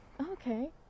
Okay